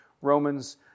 Romans